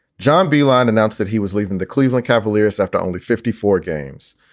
john beeline announced that he was leaving the cleveland cavaliers after only fifty four games,